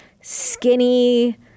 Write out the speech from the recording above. skinny